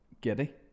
giddy